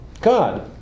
God